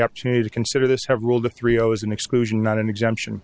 opportunity to consider this have ruled a three zero as an exclusion not an exemption